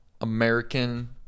American